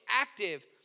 active